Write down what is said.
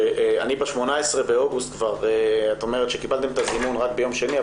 שאני ב-18 באוגוסט כבר את אומרת שקיבלתם את הזימון ביום שני,